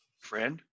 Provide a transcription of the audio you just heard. friend